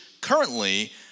currently